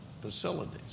facilities